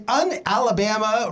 un-Alabama